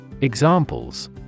Examples